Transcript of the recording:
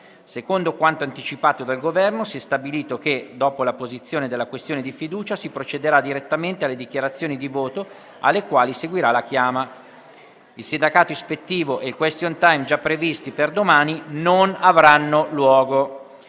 Secondo quanto anticipato dal Governo, si è stabilito che, dopo la posizione della questione di fiducia, si procederà direttamente alle dichiarazioni di voto, alle quali seguirà la chiama. Il sindacato ispettivo e il *question time* già previsti per domani non avranno luogo.